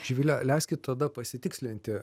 živile leiskit tada pasitikslinti